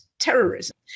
Terrorism